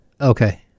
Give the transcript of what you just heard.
Okay